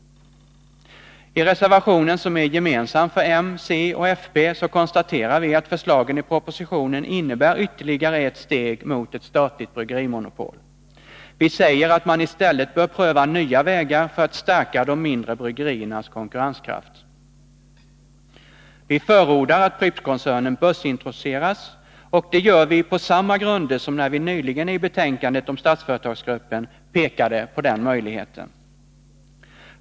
I reservation 1, som är gemensam för moderaterna, centern och folkpartiet, konstaterar vi att förslagen i propositionen innebär ytterligare ett steg mot ett statligt bryggerimonopol. Vi säger att man i stället bör pröva nya vägar för att stärka de mindre bryggeriernas konkurrenskraft. Vi förordar att Prippskoncernen börsintroduceras, och det gör vi på samma grunder som när vi nyligen i betänkandet om Statsföretagsgruppen pekade på den möjligheten.